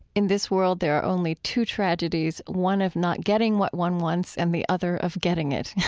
in this world, there are only two tragedies one of not getting what one wants, and the other of getting it.